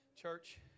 church